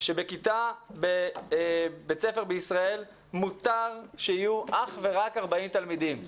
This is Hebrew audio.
ולומר שבכיתה בבית ספר בישראל מותר שיהיו אך ורק 40 תלמידים.